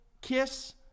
kiss